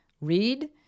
read